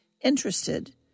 interested